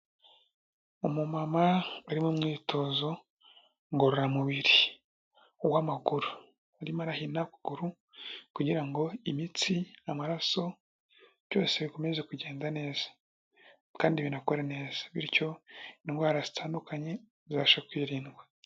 Umumama uri mu mwitozo ngororamubiri w'amaguru, arimo arahina akuguru kugira ngo imitsi, amaraso byose bikomeze kugenda neza kandi binakore neza bityo indwara zitandukanye zibashe kwirindwa.